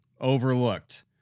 overlooked